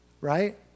Right